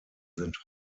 sind